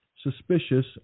suspicious